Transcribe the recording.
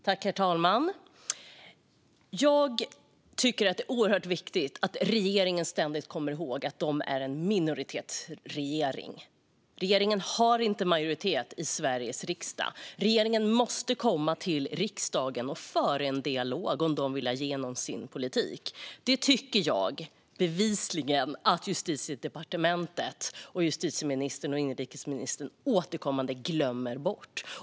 Herr talman! Jag tycker att det är oerhört viktigt att regeringen ständigt kommer ihåg att man är en minoritetsregering. Regeringen har inte majoritet i Sveriges riksdag. Regeringen måste komma till riksdagen och föra en dialog om man vill ha igenom sin politik. Detta verkar bevisligen Justitiedepartementet, justitieministern och inrikesministern återkommande glömma bort.